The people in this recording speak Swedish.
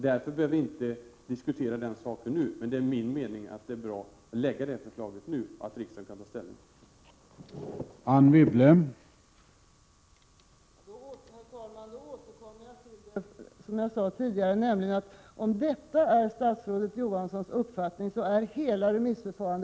Därför behöver vi inte diskutera det nu, men det är min mening att det är bra att lägga fram detta förslag nu, så att riksdagen kan ta ställning till det.